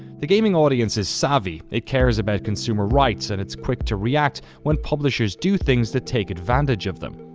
the gaming audience is savvy. it cares about consumer rights and it's quick to react when publishers do things that take advantage of them.